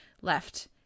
left